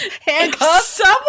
handcuffs